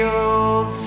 old